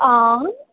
आं